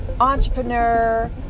entrepreneur